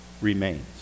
remains